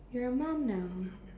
you're a mom now